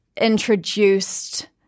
introduced